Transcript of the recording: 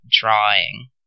drawing